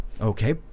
Okay